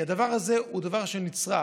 כי הדבר הזה הוא דבר שנצרך,